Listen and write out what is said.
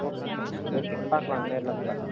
okay sir okay பார்க்கலாம் நேரில் வந்து பார்க்கறேன்